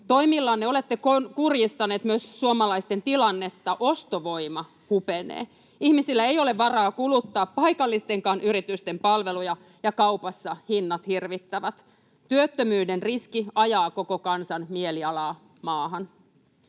Toimillanne olette kurjistaneet myös suomalaisten tilannetta. Ostovoima hupenee, ihmisillä ei ole varaa kuluttaa paikallistenkaan yritysten palveluja, ja kaupassa hinnat hirvittävät. Työttömyyden riski ajaa koko kansan mielialaa maahan.